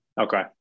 Okay